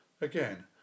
Again